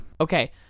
okay